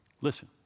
Listen